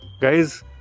guys